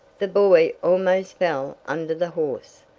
the boy almost fell under the horse,